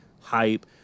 hype